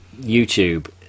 YouTube